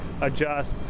adjust